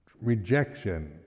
Rejection